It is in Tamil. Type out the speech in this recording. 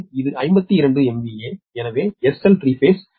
எனவே இது 57 MVA எனவே SL3Φ 57∟36